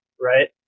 right